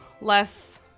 less